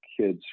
kids